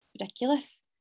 ridiculous